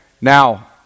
Now